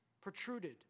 protruded